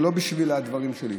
זה לא בשביל הדברים שלי.